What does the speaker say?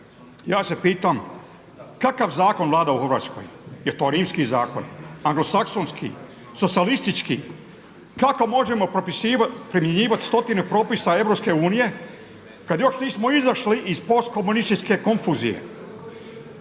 Ja se pitam kakav zakon vlada u Hrvatskoj. Je li to Rimski zakon? Anglosaksonski? Socijalistički? Kako možemo primjenjivati stotine propisa EU kada još nismo izašli iz postkomunističke konfuzije?